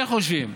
כן חושבים.